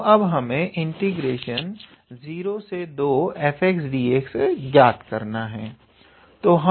तो अब हमें 02fdx ज्ञात करना है